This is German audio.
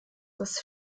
das